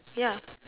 ya